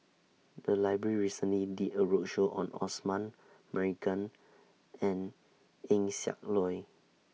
The Library recently did A roadshow on Osman Merican and Eng Siak Loy